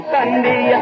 Sunday